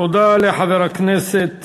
תודה לחבר הכנסת